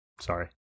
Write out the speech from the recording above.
sorry